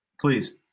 Please